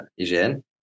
IGN